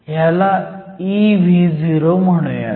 ह्याला eVo म्हणूयात